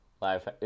life